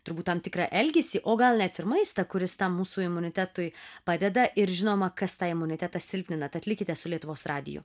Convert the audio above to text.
turbūt tam tikrą elgesį o gal net ir maistą kuris tam mūsų imunitetui padeda ir žinoma kas tą imunitetą silpnina tad likite su lietuvos radiju